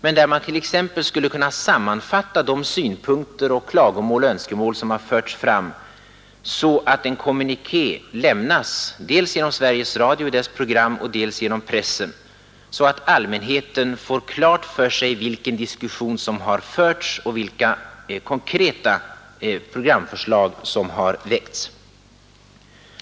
Där skulle man t.ex. kunna sammanfatta de synpunkter, klagomål och önskemål som förts fram, så att en kommuniké skulle kunna lämnas, dels genom Sveriges Radio i dess program och dels genom pressen, så att allmänheten får klart för sig vilka diskussioner som förts och vilka konkreta programförslag som väckts.